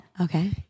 Okay